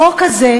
החוק הזה,